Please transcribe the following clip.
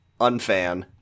unfan